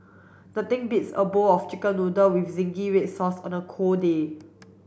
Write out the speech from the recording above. nothing beats a bowl of chicken noodle zingy red sauce on a cold day